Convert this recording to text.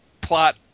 plot